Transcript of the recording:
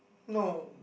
no